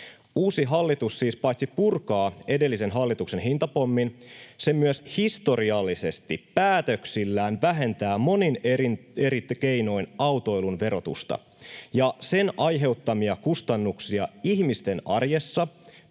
Uusi hallitus siis paitsi purkaa edellisen hallituksen hintapommin myös historiallisesti päätöksillään vähentää monin eri keinoin autoilun verotusta ja sen aiheuttamia kustannuksia ihmisten arjessa,